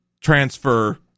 transfer